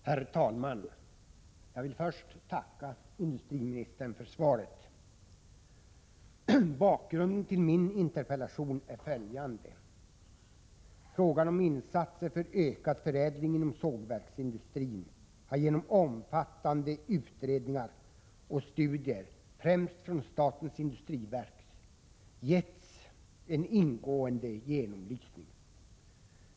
Herr talman! Jag vill först tacka industriministern för svaret. Bakgrunden till min interpellation är följande. Frågan om insatser för ökad förädling inom sågverksindustrin har genom omfattande utredningar och studier främst från statens industriverk fått en ingående genomlysning.